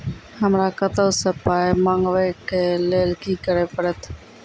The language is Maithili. हमरा कतौ सअ पाय मंगावै कऽ लेल की करे पड़त?